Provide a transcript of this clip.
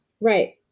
Right